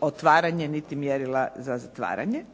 otvaranje niti mjerila za zatvaranje.